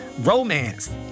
romance